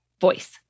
voice